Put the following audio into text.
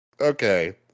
okay